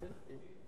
זאת זכותי.